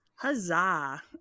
huzzah